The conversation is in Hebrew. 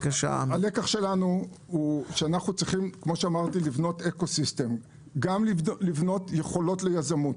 הלקח שלנו הוא שאנחנו צריכים אקוסיסטם גם לבנות יכולות ליזמות,